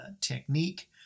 technique